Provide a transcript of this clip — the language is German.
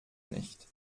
nicht